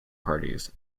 parties